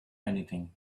anything